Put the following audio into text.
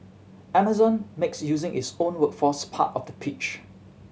amazon makes using its own workforce part of the pitch